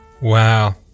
Wow